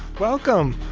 welcome